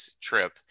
trip